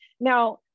Now